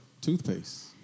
toothpaste